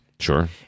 Sure